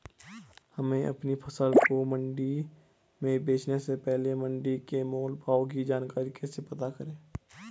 हमें अपनी फसल को मंडी में बेचने से पहले मंडी के मोल भाव की जानकारी कैसे पता करें?